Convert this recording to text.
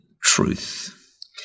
truth